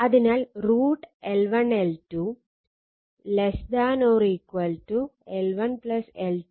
അതിനാൽ √ L1L2 ≤ L1 L2 2